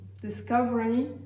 discovery